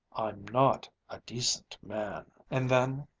not a decent man. and then,